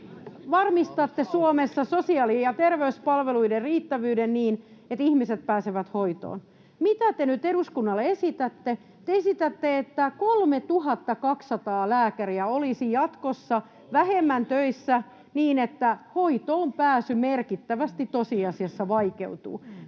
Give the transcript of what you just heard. varmistatte Suomessa sosiaali- ja terveyspalveluiden riittävyyden niin, että ihmiset pääsevät hoitoon. Mitä te nyt eduskunnalle esitätte? Te esitätte, että 3 200 lääkäriä vähemmän olisi jatkossa töissä, niin että hoitoonpääsy merkittävästi tosiasiassa vaikeutuu.